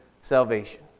salvation